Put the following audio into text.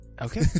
Okay